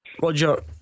Roger